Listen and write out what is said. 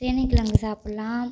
சேனைக்கிழங்கு சாப்புடலாம்